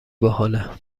باحاله